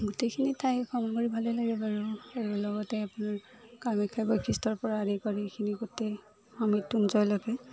গোটেইখিনি ঠাই ভ্ৰমণ কৰি ভালেই লাগে বাৰু আৰু লগতে আপোনাৰ কামাখ্যা বশিষ্ঠাৰপৰা আদি কৰি এইখিনি গোটেই মহামৃত্যুঞ্জয়লৈকে